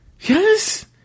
yes